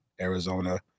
arizona